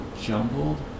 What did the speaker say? jumbled